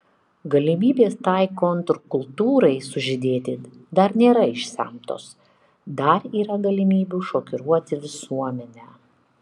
galimybės tai kontrkultūrai sužydėti dar nėra išsemtos dar yra galimybių šokiruoti visuomenę